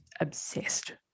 obsessed